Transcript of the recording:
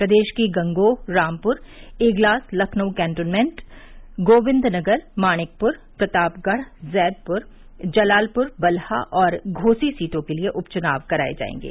प्रदेश की गंगोह रामपुर इगलास लखनऊ केन्टोन्मेंट गोविन्दनगर मानिकपुर प्रतापगढ़ जैदपुर जलालपुर बलहा और घोसी सीटों के लिये उप चुनाव कराये जायेंगे